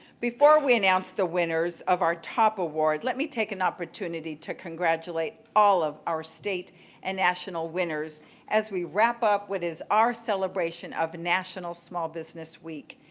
before we announce the winners of our top awards, let me take an opportunity to congratulate all of our state and national winners as we wrap up what is our celebration of national small business week.